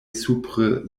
supre